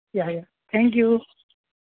yeah yeah thank you